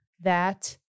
that-